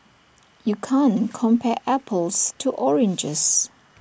you can't compare apples to oranges